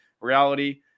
reality